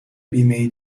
بیمهای